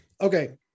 Okay